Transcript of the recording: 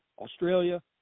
Australia